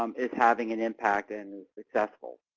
um is having an impact and is successful.